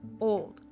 old